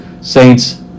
Saints